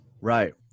right